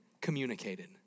communicated